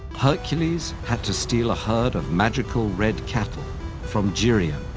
hercules had to steal a herd of magical red cattle from geryon,